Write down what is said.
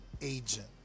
agent